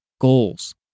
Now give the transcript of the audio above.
goals